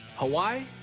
hawaii,